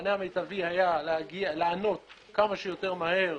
המענה המיטבי היה לענות כמה שיותר מהר,